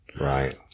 Right